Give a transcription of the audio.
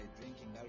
drinking